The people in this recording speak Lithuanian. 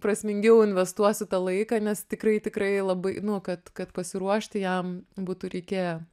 prasmingiau investuosiu tą laiką nes tikrai tikrai labai nu kad kad pasiruošti jam būtų reikėję